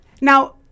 now